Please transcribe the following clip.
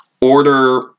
order